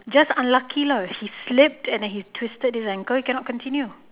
just unlucky lah he slipped and he twisted his ankle he cannot continue